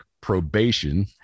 probation